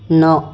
ନଅ